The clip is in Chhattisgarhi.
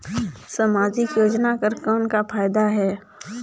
समाजिक योजना कर कौन का फायदा है?